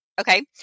okay